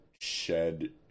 shed